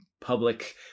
public